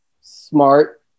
smart